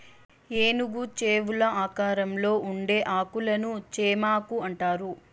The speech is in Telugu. ఏనుగు చెవుల ఆకారంలో ఉండే ఆకులను చేమాకు అంటారు